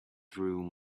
through